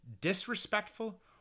disrespectful